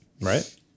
Right